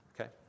Okay